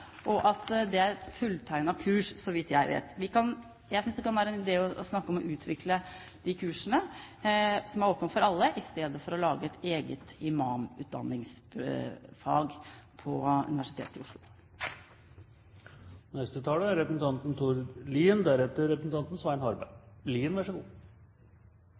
det er fulltegnede kurs, så vidt jeg vet. Jeg synes det kan være en idé å snakke om å utvikle de kursene som er åpne for alle, i stedet for å lage et eget imamutdanningsfag på Universitetet i